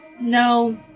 No